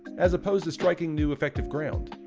as opposed to striking new, effective ground.